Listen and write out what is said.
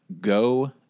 go